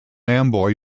amboy